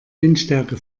windstärke